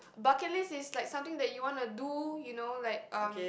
bucket list is like something that you wanna do you know like um